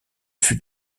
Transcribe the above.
fut